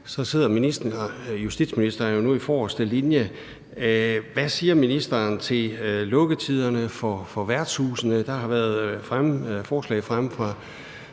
men justitsministeren sidder alligevel i forreste linje: Hvad siger ministeren til spørgsmålet om lukketiderne for værtshusene? Der har været forslag fremme fra